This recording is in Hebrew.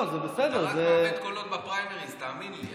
רק מאבד קולות בפריימריז, תאמין לי.